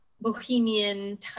bohemian